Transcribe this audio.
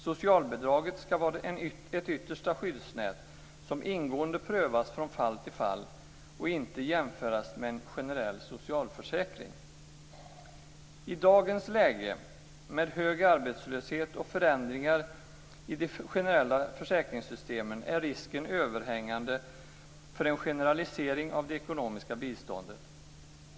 Socialbidraget skall vara ett yttersta skyddsnät, som ingående prövas från fall till fall, och inte jämföras med en generell socialförsäkring. I dagens läge, med hög arbetslöshet och förändringar i de generella försäkringssystemen, är risken överhängande för en generalisering av det ekonomiska biståndet.